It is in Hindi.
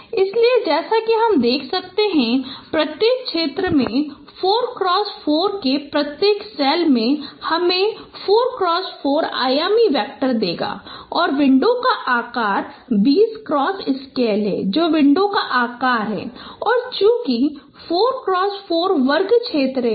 इसलिए जैसा कि हम देख सकते हैं कि प्रत्येक क्षेत्र के 4x4 के प्रत्येक सेल हमें 4x4 आयामी वेक्टर देगा और विंडो का आकार बीस क्रॉस स्केल है जो विंडो का आकार है और चूंकि 4x4 वर्ग क्षेत्र हैं